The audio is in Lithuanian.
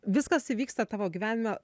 viskas įvyksta tavo gyvenime